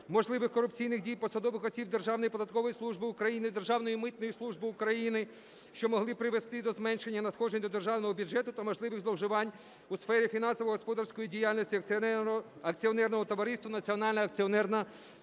можливих корупційних дій посадових осіб Державної податкової служби України, Державної митної служби України, що могли призвести до зменшення надходжень до державного бюджету, та можливих зловживань у сфері фінансово-господарської діяльності акціонерного товариства "Національна акціонерна